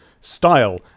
style